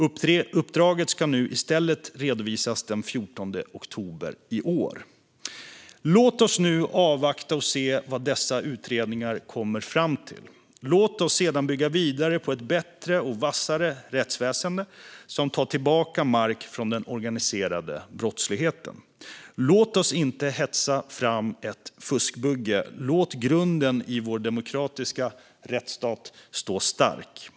Uppdraget ska i stället redovisas den 14 oktober i år. Låt oss nu avvakta och se vad dessa utredningar kommer fram till. Låt oss sedan bygga vidare på ett bättre och vassare rättsväsen som tar tillbaka mark från den organiserade brottsligheten. Låt oss inte hetsa fram ett fuskbygge. Låt grunden i vår demokratiska rättsstat stå stark.